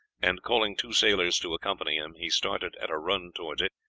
and calling two sailors to accompany him, he started at a run towards it,